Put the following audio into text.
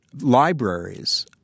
libraries